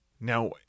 Now